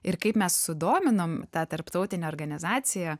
ir kaip mes sudominom tą tarptautinę organizaciją